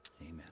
Amen